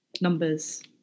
numbers